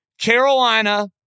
Carolina